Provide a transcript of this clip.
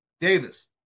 Davis